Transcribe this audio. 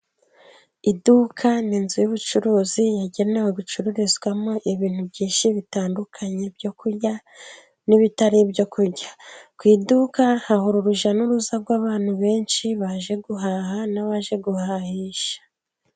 Iduka ni inzu y'ubucuruzi yagenewe gucururizwamo ibintu byinshi bitandukanye byo kurya n'ibitari ibyo kujya, ku iduka hahora urujya n'uruza rw'abantu benshi baje guhaha n'abaje guhahisha.